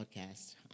podcast